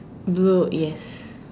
blue yes